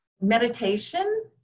meditation